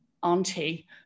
auntie